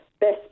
Best